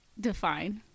Define